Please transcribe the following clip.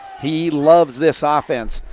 he loves this ah offense.